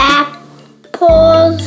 apples